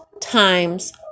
times